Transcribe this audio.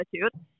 attitude